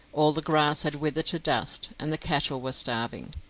all the grass had withered to dust, and the cattle were starving.